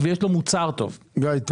לקבוע מדיניות סדורה לגבי השוק הזה.